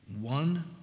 one